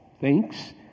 thinks